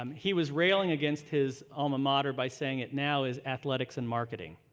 um he was railing against his alma mater by saying it now is athletics and marketing.